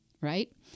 right